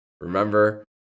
remember